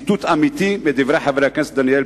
ציטוט אמיתי מדברי חבר הכנסת דניאל